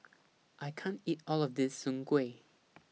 I can't eat All of This Soon Kway